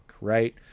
Right